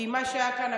מה שהיה כאן,